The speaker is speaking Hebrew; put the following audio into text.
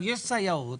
יש סייעות